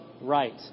right